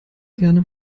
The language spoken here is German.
gerne